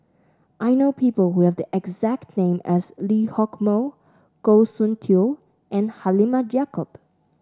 I know people who have the exact name as Lee Hock Moh Goh Soon Tioe and Halimah Yacob